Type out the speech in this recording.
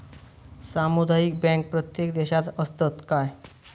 सामुदायिक बँक प्रत्येक देशात असतत काय?